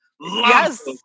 Yes